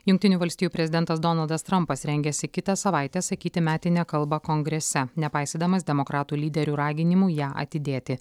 jungtinių valstijų prezidentas donaldas trampas rengiasi kitą savaitę sakyti metinę kalbą kongrese nepaisydamas demokratų lyderių raginimų ją atidėti